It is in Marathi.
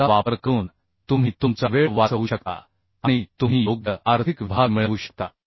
याचा वापर करून तुम्ही तुमचा वेळ वाचवू शकता आणि तुम्ही योग्य आर्थिक विभाग मिळवू शकता